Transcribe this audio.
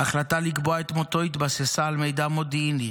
ההחלטה לקבוע את מותו התבססה על מידע מודיעיני